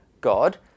God